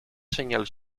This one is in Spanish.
señal